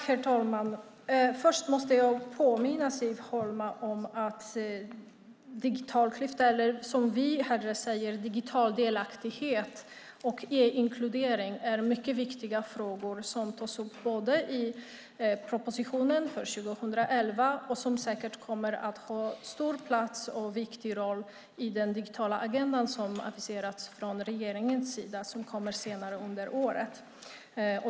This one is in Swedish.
Herr talman! Först måste jag påminna Siv Holma om att digitala klyftor - eller som vi hellre säger, digital delaktighet och e-inkludering - är en mycket viktig fråga som både tas upp i propositionen för 2011 och säkert kommer att ha stor plats och en viktig roll i den digitala agenda som aviserats från regeringens sida och som kommer senare under året.